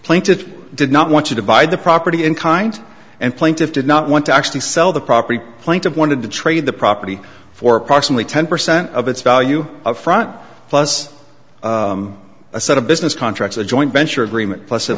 planted did not want to divide the property in kind and plaintiff did not want to actually sell the property plaintiff wanted to trade the property for approximately ten percent of its value up front plus a set a business contracts a joint venture agreement plus at